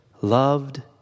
loved